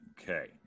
Okay